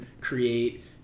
create